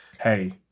hey